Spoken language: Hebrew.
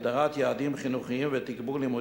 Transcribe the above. הגדרת יעדים חינוכיים ותגבור לימודי,